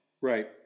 Right